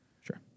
sure